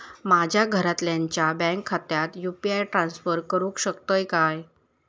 माझ्या घरातल्याच्या बँक खात्यात यू.पी.आय ट्रान्स्फर करुक शकतय काय?